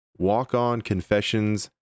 walkonconfessions